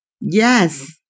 Yes